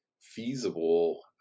feasible